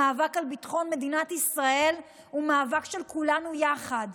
המאבק על ביטחון מדינת ישראל הוא מאבק של כולנו יחד.